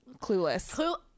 clueless